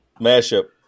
mashup